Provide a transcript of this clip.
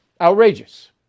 Outrageous